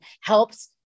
helps